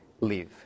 live